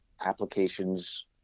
applications